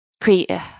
create